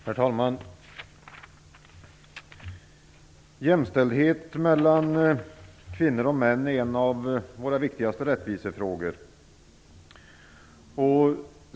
Herr talman! Jämställdhet mellan kvinnor och män är en av våra viktigaste rättvisefrågor.